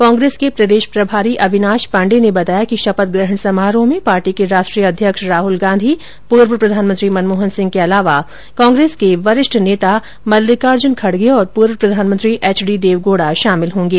कांग्रेस के प्रदेश प्रभारी अविनाश पांडे ने बताया कि शपथ ग्रहण समारोह में पार्टी के राष्ट्रीय अध्यक्ष राहल गांधी पूर्व प्रधानमंत्री मनमोहन सिंह के अलावा कांग्रेस के वरिष्ठ नेता मल्लिकार्जुन खडगे और पूर्व प्रधानमंत्री एचडी देवगोड़ा शामिल होंगे